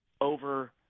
over